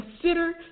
consider